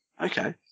Okay